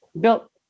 built